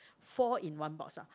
four in one box ah